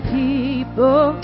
people